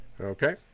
Okay